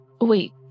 Wait